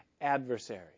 Adversary